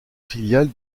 filiale